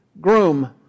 groom